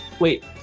wait